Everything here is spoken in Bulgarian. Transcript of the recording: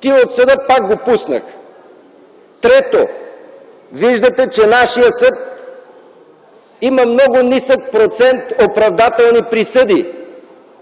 тия от съда пак го пуснаха.” Трето, виждате, че нашият съд има много нисък процент оправдателни присъди.